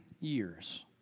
years